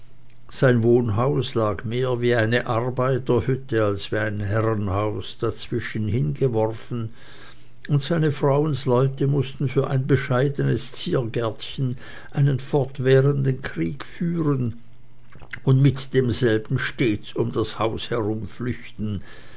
sein wohnhaus lag mehr wie eine arbeiterhütte als wie ein herrenhaus dazwischen hingeworfen und seine frauensleute mußten für ein bescheidenes ziergärtchen einen fortwährenden krieg führen und mit demselben stets um das haus herum flüchten